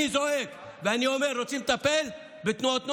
אני זועק ואומר שאם רוצים לטפל בתנועות הנוער,